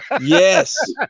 Yes